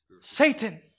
Satan